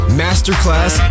masterclass